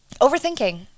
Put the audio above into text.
Overthinking